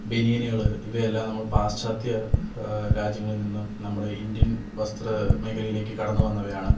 ബനിയനുകള് ഇവയെല്ലാം നമ്മൾ പാശ്ചാത്യ രാജ്യങ്ങളിൽ നിന്നും നമ്മുടെ ഇൻഡ്യൻ വസ്ത്ര മേഖലയിലേക്ക് കടന്ന് വന്നവയാണ്